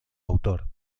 autor